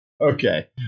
Okay